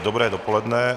Dobré dopoledne.